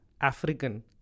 African